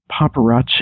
paparazzi